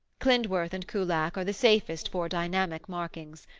klindworth and kullak are the safest for dynamic markings.